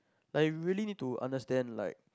like you really need to understand like